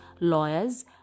lawyers